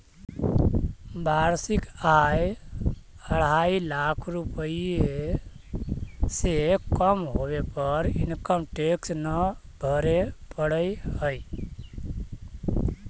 वार्षिक आय अढ़ाई लाख रुपए से कम होवे पर इनकम टैक्स न भरे पड़ऽ हई